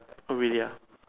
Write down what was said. really ah